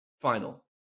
final